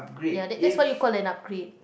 ya that that's what you call an upgrade